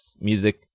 music